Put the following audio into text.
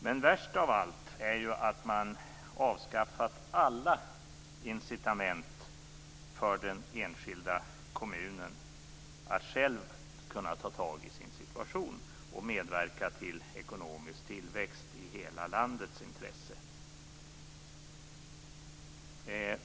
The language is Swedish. Men värst av allt är att man avskaffat alla incitament för den enskilda kommunen att själv ta itu med sin situation och medverka till ekonomisk tillväxt i hela landets intresse.